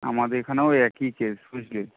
আমাদের এখানেও ওই একই কেস বুঝলি